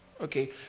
Okay